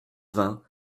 vingt